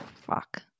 fuck